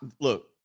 Look